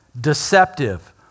deceptive